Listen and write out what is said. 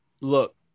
look